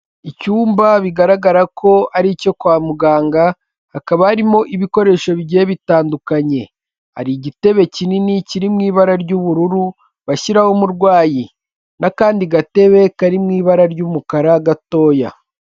Icyumba bigaragara ko ari icyo kwa muganga hakaba harimo ibikoresho bigiye bitandukanye, hari igitebe kinini kiri mu ibara ry'ubururu bashyiraho umurwayi n'akandi gatebe kari mu ibara ry'umukara gatoya.